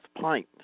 pint